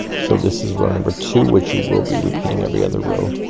so this is row number two, which you will be repeating every other row,